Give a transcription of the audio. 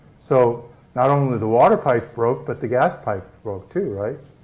so not only the water pipes broke, but the gas pipes broke too, right?